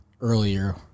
earlier